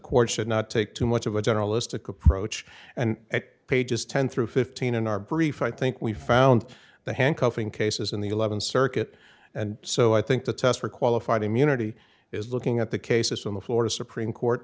court should not take too much of a generalistic approach and pages ten through fifteen in our brief i think we found the handcuffing cases in the eleventh circuit and so i think the test for qualified immunity is looking at the cases from the florida supreme court